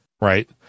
right